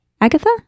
Agatha